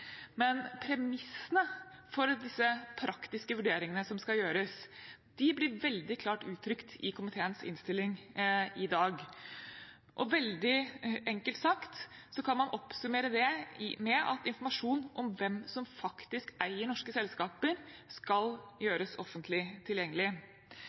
Men premissene for disse praktiske vurderingene som skal gjøres, blir veldig klart uttrykt i komiteens innstilling i dag. Veldig enkelt sagt kan man oppsummere det med at informasjon om hvem som faktisk eier norske selskaper, skal gjøres offentlig tilgjengelig.